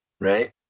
right